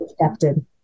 accepted